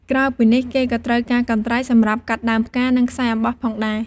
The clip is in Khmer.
ក្រៅពីនេះ គេក៏ត្រូវការកន្ត្រៃសម្រាប់កាត់ដើមផ្កា និងខ្សែអំបោះផងដែរ។